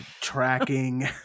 tracking